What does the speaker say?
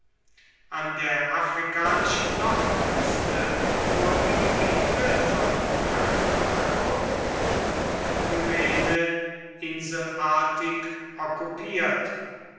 an der afrikanischen nordküste nur die gebiete von karthago und kyrene inselartig okkupiert